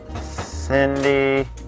Cindy